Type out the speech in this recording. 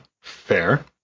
Fair